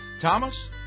Thomas